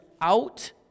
out